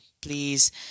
please